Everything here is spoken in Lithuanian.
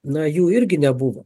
na jų irgi nebuvo